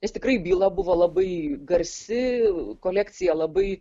nes tikrai byla buvo labai garsi kolekcija labai